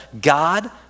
God